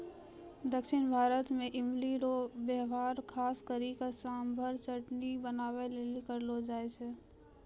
दक्षिण भारत मे इमली रो वेहवार खास करी के सांभर चटनी बनाबै लेली करलो जाय छै